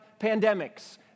pandemics